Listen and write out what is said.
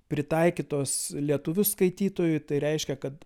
pritaikytos lietuvių skaitytojui tai reiškia kad